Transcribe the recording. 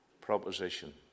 proposition